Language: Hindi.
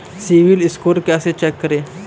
सिबिल स्कोर कैसे चेक करें?